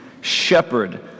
shepherd